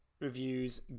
reviews